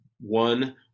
one